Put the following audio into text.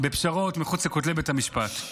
בפשרות מחוץ לכותלי בית המשפט.